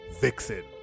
Vixen